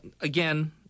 again